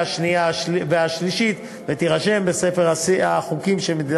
השנייה והשלישית ותירשם בספר השיאים,